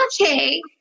okay